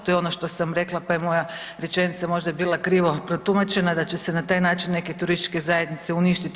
To je ono što sam rekla pa je moja rečenica možda bila krivo protumačena da će se na taj način neke turističke zajednice uništiti.